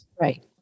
Right